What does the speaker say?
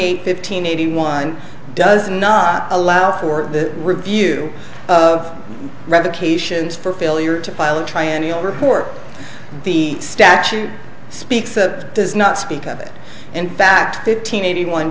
eight fifteen eighty one does not allow for the review of revocations for failure to file a try in your report the statute speaks a does not speak of it in fact fifteen eighty one